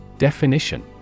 Definition